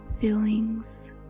feelings